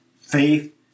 faith